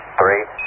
three